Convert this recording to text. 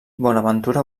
bonaventura